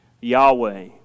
Yahweh